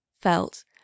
felt